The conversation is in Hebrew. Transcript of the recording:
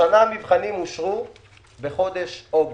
השנה המבחנים אושרו בחודש אוגוסט.